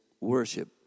Worship